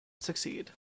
succeed